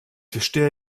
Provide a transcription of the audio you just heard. verstehe